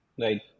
Right